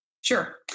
Sure